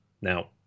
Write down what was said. Now